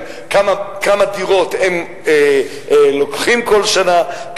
כמה דירות הם לוקחים כל שנה,